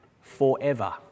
forever